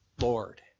Lord